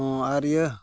ᱦᱮᱸ ᱟᱨ ᱤᱭᱟᱹ